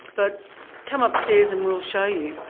but come upstairs and we'll show you.